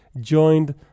joined